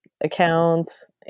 accounts